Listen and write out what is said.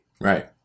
Right